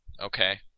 Okay